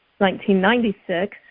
1996